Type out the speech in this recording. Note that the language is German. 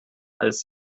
als